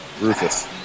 Rufus